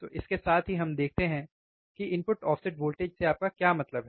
तो इसके साथ ही हम देखते हैं कि इनपुट ऑफसेट वोल्टेज से आपका क्या मतलब है